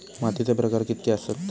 मातीचे प्रकार कितके आसत?